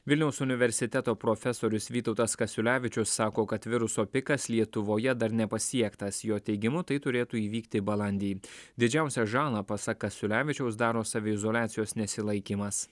vilniaus universiteto profesorius vytautas kasiulevičius sako kad viruso pikas lietuvoje dar nepasiektas jo teigimu tai turėtų įvykti balandį didžiausią žalą pasak kasiulevičiaus daro saviizoliacijos nesilaikymas